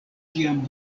ĝian